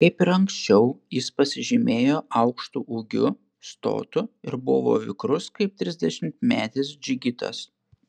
kaip ir anksčiau jis pasižymėjo aukštu ūgiu stotu ir buvo vikrus kaip trisdešimtmetis džigitas